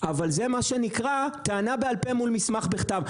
אבל זה מה שנקרא טענה בעל פה מול מסמך בכתב.